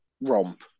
romp